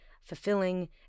fulfilling